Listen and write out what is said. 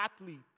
athlete